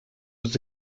was